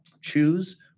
Choose